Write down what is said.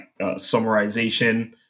summarization